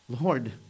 Lord